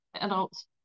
adults